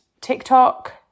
tiktok